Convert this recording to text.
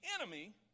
enemy